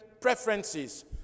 preferences